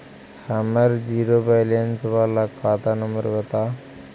हमर zero balance बाला खाता नम्बर बत?